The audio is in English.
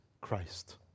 Christ